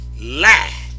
lie